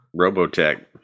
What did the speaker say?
Robotech